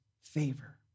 favor